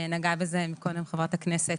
נגעה בזה מקודם חברת הכנסת.